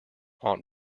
aunt